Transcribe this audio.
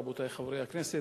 רבותי חברי הכנסת,